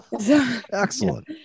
Excellent